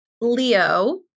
Leo